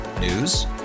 News